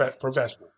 professional